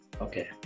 Okay